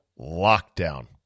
lockdown